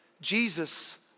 Jesus